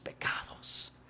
pecados